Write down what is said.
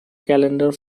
calendar